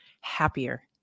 happier